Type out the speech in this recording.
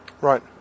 Right